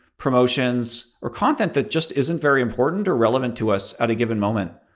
promotions, or content that just isn't very important or relevant to us at a given moment.